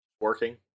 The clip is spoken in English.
working